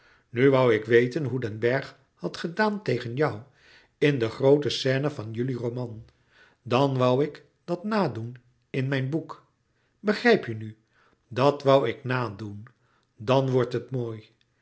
nu woû ik weten hoe den bergh had gedaan tegen jou in de groote scène van jullie roman dan woû ik dat nadoen in mijn boek begrijp je nu dat woû ik nadoen dan wordt het mooi